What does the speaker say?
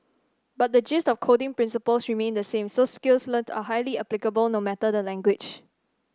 but the gist of coding principle remained the same so skills learnt are highly applicable no matter the language